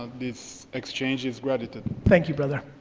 this exchange is gratitude. thank you, brother.